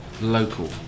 local